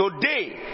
Today